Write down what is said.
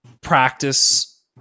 practice